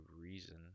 reason